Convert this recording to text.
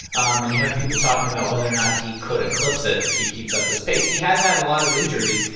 um and you have people talking about whether or not he could eclipse it if he keeps up this pace. he has had a lot of injuries.